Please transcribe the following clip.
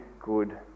good